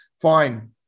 fine